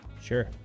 Sure